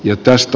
jo tästä